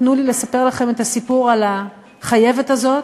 תנו לי לספר את הסיפור על החייבת הזאת,